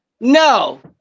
No